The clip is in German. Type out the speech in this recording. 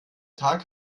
tag